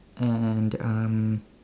and um